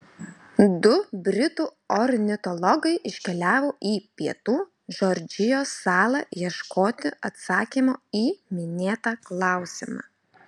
du britų ornitologai iškeliavo į pietų džordžijos salą ieškoti atsakymo į minėtą klausimą